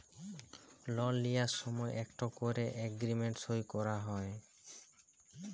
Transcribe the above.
লল লিঁয়ার সময় ইকট ক্যরে এগ্রীমেল্ট সই ক্যরা হ্যয়